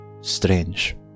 strange